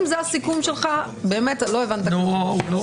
אם זה הסיכום שלך, לא הבנת כלום.